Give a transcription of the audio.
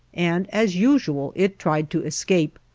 and as usual it tried to escape,